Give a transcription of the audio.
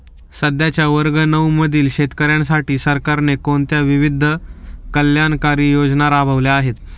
सध्याच्या वर्ग नऊ मधील शेतकऱ्यांसाठी सरकारने कोणत्या विविध कल्याणकारी योजना राबवल्या आहेत?